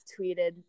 tweeted